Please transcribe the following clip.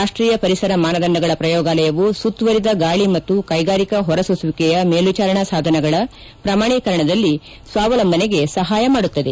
ರಾಷ್ಷೀಯ ಪರಿಸರ ಮಾನದಂಡಗಳ ಪ್ರಯೋಗಾಲಯವು ಸುತ್ತುವರಿದ ಗಾಳಿ ಮತ್ತು ಕೈಗಾರಿಕಾ ಹೊರಸೂಸುವಿಕೆಯ ಮೇಲ್ವಿಚಾರಣಾ ಸಾಧನಗಳ ಶ್ರಮಾಣೀಕರಣದಲ್ಲಿ ಸ್ವಾವಲಂಬನೆಗೆ ಸಹಾಯ ಮಾಡುತ್ತದೆ